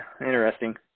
interesting